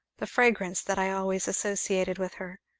the fragrance that i always associated with her,